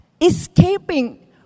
Escaping